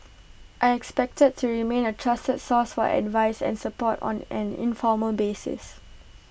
I expect to remain A trusted source for advice and support on an informal basis